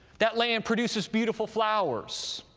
that land produces beautiful flowers,